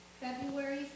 February